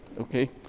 Okay